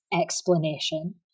explanation